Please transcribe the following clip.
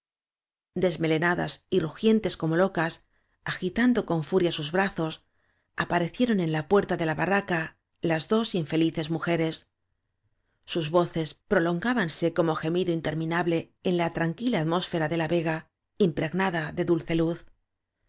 desmelenadas y rugientes como locas agi tando con furia sus brazos aparecieron en la puerta de la barraca las dos infelices mujeres sus voces prolongábanse como gemido inter minable en la tranquila atmósfera de la vega impregnada de dulce luz